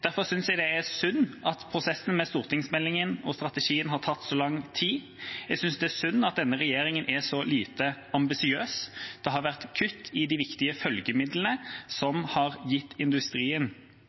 Derfor synes jeg det er synd at prosessen med stortingsmeldinga og strategien har tatt så lang tid. Jeg synes det er synd at denne regjeringa er så lite ambisiøs. Det har vært kutt i de viktige følgemidlene som